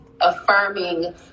affirming